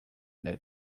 that